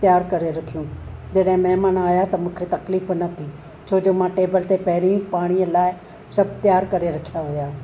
तयारु करे रखियूं जॾहिं महिमान आहियां त मूंखे तकलीफ़ न थी छोजो मां टेबल ते पहिरीं पाणीअ लाइ सभु तयारु करे रखिया हुया